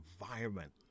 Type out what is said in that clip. environment